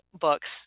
books